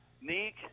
Neek